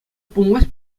пулмасть